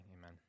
Amen